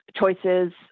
choices